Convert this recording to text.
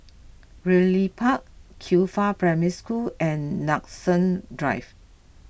Ridley Park Qifa Primary School and Nanson Drive